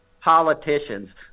politicians